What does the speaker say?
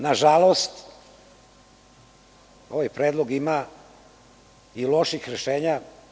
Nažalost, ovaj predlog ima i loših rešenja.